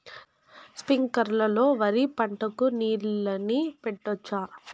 స్ప్రింక్లర్లు లో వరి పంటకు నీళ్ళని పెట్టొచ్చా?